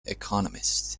economist